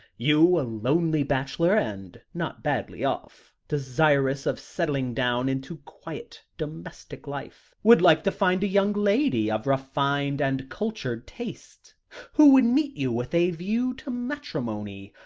you, a lonely bachelor, and not badly off desirous of settling down into quiet, domestic life, would like to find a young lady of refined and cultured tastes who would meet you with a view to matrimony.